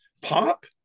pop